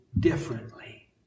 Differently